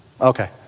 Okay